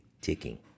ticking